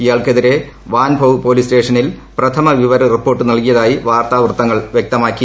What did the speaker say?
ഇയാൾക്കെതിരെ വാൻപോഹ് പോലീസ് സ്റ്റേഷനിൽ പ്രഥമ വിവര റിപ്പോർട്ട് നൽകിയതായി വാർത്താ വൃത്തങ്ങൾ വ്യക്തമാക്കി